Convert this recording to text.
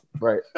Right